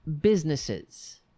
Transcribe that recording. businesses